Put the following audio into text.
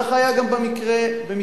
כך היה גם במקרה נוסף,